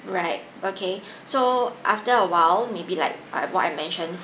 right okay so after a while maybe like uh what I mentioned